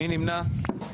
מי נמנע?